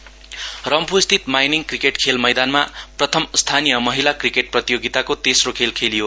cricket रम्फुस्थित mining cricket खेल मैदानमा प्रथम स्थानीय महिला क्रिकेट प्रतियोगिताको तेस्रो खेल खेलियो